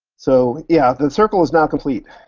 so yeah, the circle is now complete.